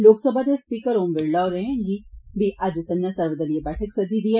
लोकसभा दे स्पीकर ओम विरला होरें बी अज्ज संझा सर्वदलिया बैठक सद्दी दी ऐ